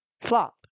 Flop